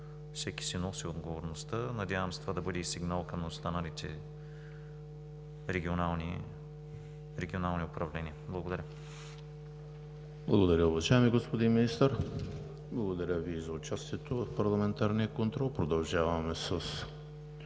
Всеки си носи отговорността. Надявам се това да бъде сигнал и към останалите регионални управления. Благодаря. ПРЕДСЕДАТЕЛ ЕМИЛ ХРИСТОВ: Благодаря, уважаеми господин Министър. Благодаря Ви за участието в парламентарния контрол. Продължаваме с